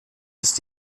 ist